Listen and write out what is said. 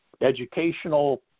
educational